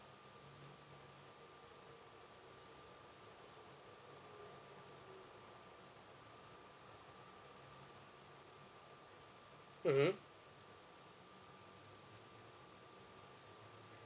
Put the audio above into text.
mmhmm